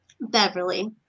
Beverly